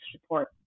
support